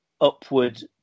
upward